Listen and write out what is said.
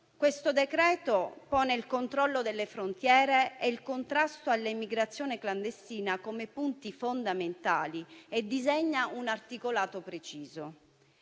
Questo decreto pone il controllo delle frontiere e il contrasto all'immigrazione clandestina come punti fondamentali e disegna un articolato preciso,